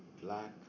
black